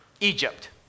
Egypt